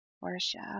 Worship